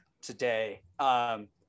today